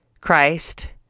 Christ